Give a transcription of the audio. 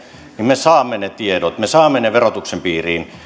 niin me saamme ne tiedot me saamme ne verotuksen piiriin